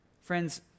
Friends